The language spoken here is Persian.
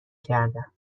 کردم